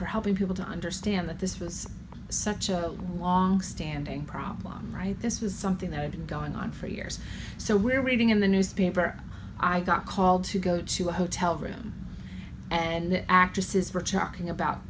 for helping people to understand that this was such a long standing problem right this was something that had been going on for years so we're reading in the newspaper i got called to go to a hotel room and actresses were charging about